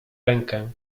rękę